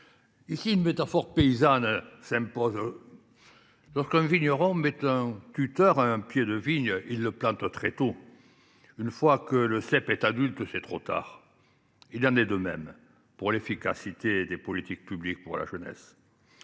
Une métaphore paysanne s’impose. Quand un vigneron met un tuteur à un pied de vigne, il faut le planter très tôt. Si l’on attend que le cep soit adulte, c’est trop tard. Il en va de même pour l’efficacité des politiques publiques pour la jeunesse.